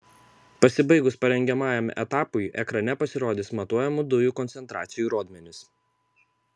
pasibaigus parengiamajam etapui ekrane pasirodys matuojamų dujų koncentracijų rodmenys